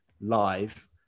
live